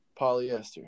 Polyester